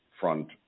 front